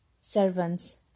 servants